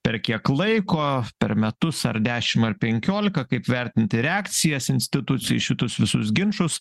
per kiek laiko per metus ar dešim ar penkiolika kaip vertinti reakcijas institucijų į šitus visus ginčus